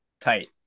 Tight